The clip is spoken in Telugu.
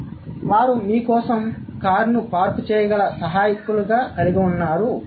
కాబట్టి వారు మీ కోసం కారును పార్క్ చేయగల సహాయకులను కలిగి ఉన్నారు